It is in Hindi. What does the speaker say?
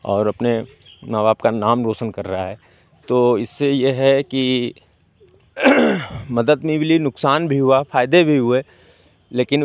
और अपने माँ बाप का नाम रौशन कर रहा है तो इससे ये है कि मदद भी मिली नुकसान भी हुआ फ़ायदे भी हुए लेकिन